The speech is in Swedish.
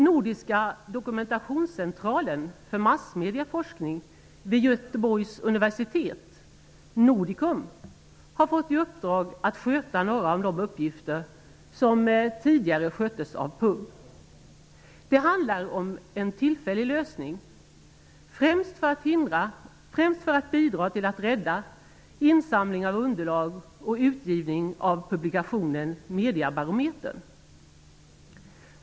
Nordiska dokumentationscentralen för masskommunikationsforskning vid Göteborgs universitet, Nordicom, har fått i uppdrag att sköta några av de uppgifter som tidigare sköttes av PUB. Det handlar om en tillfällig lösning, främst för att bidra till att rädda insamling av underlag och utgivning av publikationen Mediebarometern.